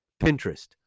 Pinterest